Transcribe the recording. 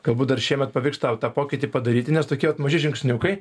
galbūt dar šiemet pavyks tau tą pokytį padaryti nes tokie maži žingsniukai